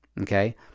Okay